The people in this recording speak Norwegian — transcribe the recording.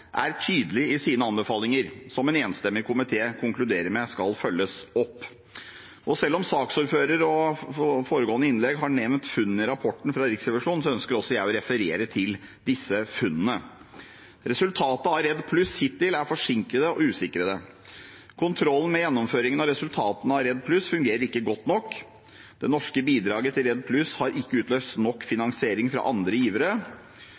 er tydelig i sine anbefalinger, som en enstemmig komité konkluderer med skal følges opp. Selv om saksordføreren og tidligere talere har nevnt funnene i rapporten fra Riksrevisjonen, ønsker også jeg å referere til disse: Resultatene av REDD+ hittil er forsinket og usikre. Kontrollen med gjennomføringen og resultatene av REDD+ fungerer ikke godt nok. Det norske bidraget til REDD+ har ikke utløst nok finansiering fra andre givere.